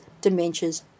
dementias